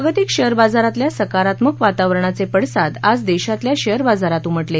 जागातिक share बाजारातल्या सकारात्मक वातावरणाचे पडसाद आज देशातल्या शेअर बाजारात उमटले